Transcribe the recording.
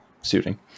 suiting